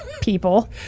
people